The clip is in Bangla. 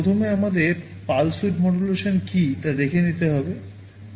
প্রথমে আমাদের পালস উইধ মডুলেশান কী তা দেখে নিতে হবে